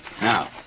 Now